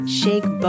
shake